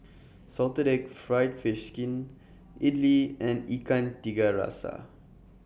Salted Egg Fried Fish Skin Idly and Ikan Tiga Rasa